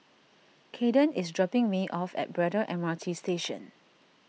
Kayden is dropping me off at Braddell M R T Station